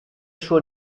suo